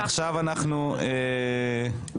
ועדה, אדוני היושב-ראש.